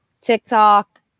TikTok